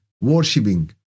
worshipping